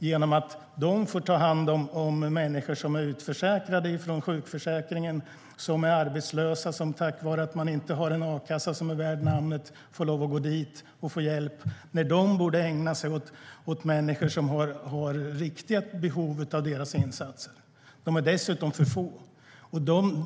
De får nämligen ta hand om människor som är utförsäkrade från sjukförsäkringen eller som är arbetslösa och, tack vare att man inte har en a-kassa värd namnet, får lov att gå dit och få hjälp - när socialsekreterarna i stället borde ägna sig åt människor som har riktiga behov av deras insatser. Socialsekreterarna är dessutom för få.